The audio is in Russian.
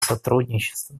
сотрудничество